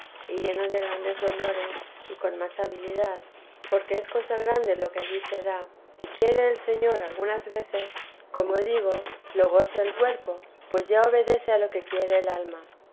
y lleno de grandes dolores y con más habilidad porque es cosa grande lo que allí se da y quiere el señor algunas veces como digo lo goce el cuerpo pues ya obedece a lo que quiere el alma